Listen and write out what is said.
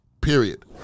period